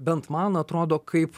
bent man atrodo kaip